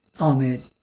Amen